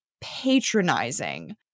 patronizing